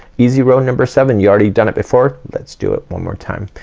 easy row, number seven. you already done it before. let's do it one more time.